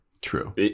True